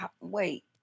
wait